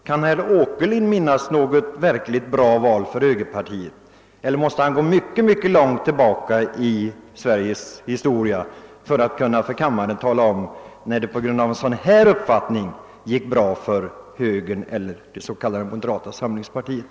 Kan herr Åkerlind minnas något verkligt bra val för högerpartiet, eller måste ni gå mycket långt tillbaka i Sveriges historia för att finna ett exempel på att det tack vare den nu företrädda uppfattningen gick bra för högern eller som det nu kallas moderata samlingspartiet?